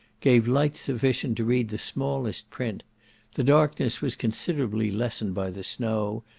gave light sufficient to read the smallest print the darkness was considerably lessened by the snow,